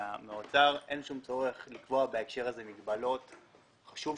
גם רשות שוק ההון וגם הגבלים עסקיים,